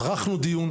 עכשיו